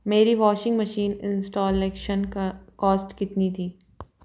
मेरी washing machine installation का cost कितनी थी